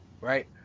right